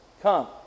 come